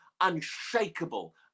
unshakable